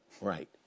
right